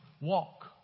walk